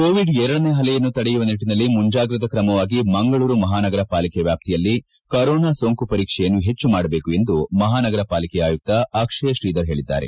Covid ಎರಡನೇ ಅಲೆಯನ್ನು ತಡೆಯುವ ನಿಟ್ಟನಲ್ಲಿ ಮುಂಜಾಗ್ರತಾ ಕ್ರಮವಾಗಿ ಮಂಗಳೂರು ಮಹಾನಗರ ಪಾಲಿಕೆ ವ್ಹಾಪ್ತಿಯಲ್ಲಿ ಕೊರೋನಾ ಸೋಂಕು ಪರೀಕ್ಷೆಯನ್ನು ಹೆಚ್ಚು ಮಾಡಬೇಕು ಎಂದು ಮಹಾನಗರ ಪಾಲಿಕೆಯ ಆಯುಕ್ತ ಅಕ್ಷಯ ಶ್ರೀಧರ್ ಹೇಳಿದ್ದಾರೆ